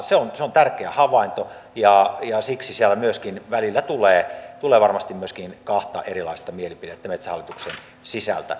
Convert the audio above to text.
se on tärkeä havainto ja siksi välillä tulee varmasti myöskin kahta erilaista mielipidettä metsähallituksen sisältä